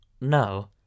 no